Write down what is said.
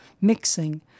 mixing